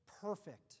perfect